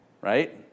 right